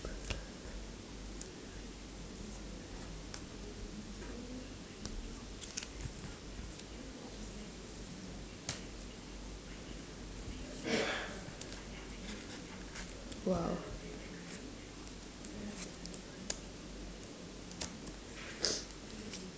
!wow!